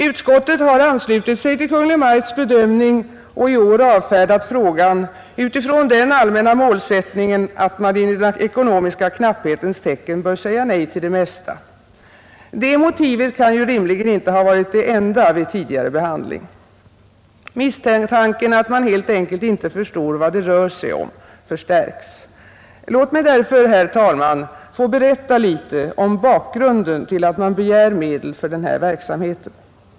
Utskottet har anslutit sig till Kungl. Maj:ts bedömning och i år avfärdat frågan utifrån den allmänna målsättningen att man i den ekonomiska knapphetens tecken bör säga nej till det mesta. Det motivet kan ju rimligen inte ha varit det enda vid tidigare behandling. Misstanken att man helt enkelt inte förstår vad det rör sig om förstärks. Låt mig därför, herr talman, få berätta litet om bakgrunden till att man begär medel för denna verksamhet.